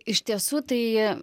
iš tiesų tai